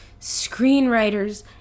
screenwriters